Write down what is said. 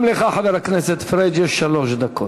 גם לך, חבר הכנסת פריג', יש שלוש דקות.